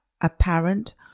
apparent